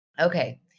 Okay